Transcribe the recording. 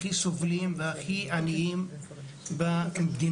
הכי סובלים והכי עניים במדינה.